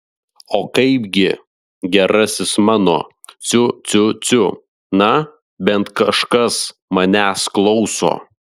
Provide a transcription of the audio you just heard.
o kaipgi gerasis mano ciu ciu ciu na bent kažkas manęs klauso